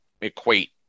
equate